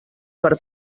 per